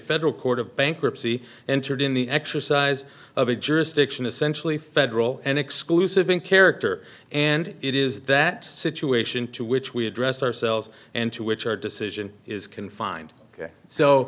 federal court of bankruptcy entered in the exercise of a jurisdiction essentially federal and exclusive in character and it is that situation to which we address ourselves and to which our decision is confined ok so